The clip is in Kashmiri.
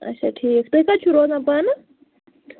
اَچھا ٹھیٖک تُہۍ کَتہِ چھُو روزان پانہٕ